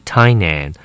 Tainan